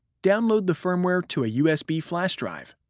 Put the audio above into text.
download the firmware to a usb flash drive,